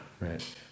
right